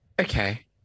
okay